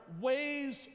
ways